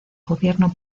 gobierno